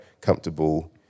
comfortable